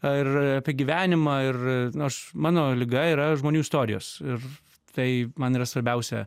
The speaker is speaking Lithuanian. ar apie gyvenimą ir nu aš mano liga yra žmonių istorijos ir tai man yra svarbiausia